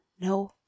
no